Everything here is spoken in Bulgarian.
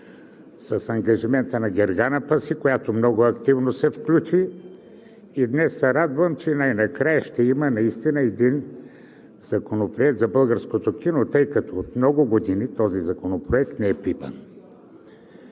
с ангажимента на Гергана Паси, която много активно се включи. Днес се радвам, че най-накрая ще има наистина един законопроект за българското кино, тъй като от много години не е пипан.